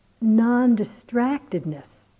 non-distractedness